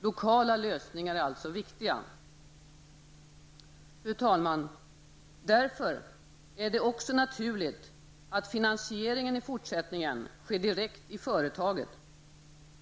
Lokala lösningar är alltså viktiga. Fru talman! Därför är det också naturligt att finansieringen i fortsättningen sker direkt i företaget.